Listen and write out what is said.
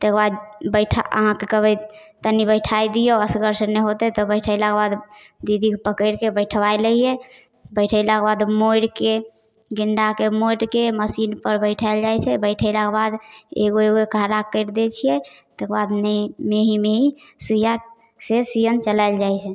तकर बाद बैठा अहाँके कहबै तनि बैठा दिऔ असगरसँ नहि होतै तऽ बैठेलाके बाद दीदीके पकड़िके बैठबालै छिए बैठेलाके बाद मोड़िके गेण्डाके मोड़िके मशीनपर बैठाएल जाइ छै बैठेलाके बाद एगो एगो एकहरा करि दै छिए तकर बाद मेही मेही मेही सुइआसँ सिअन चलाएल जाइ छै